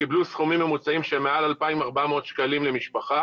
שקיבלו סכומים ממוצעים של מעל 2,400 שקלים למשפחה.